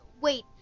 Wait